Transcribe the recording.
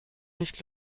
nicht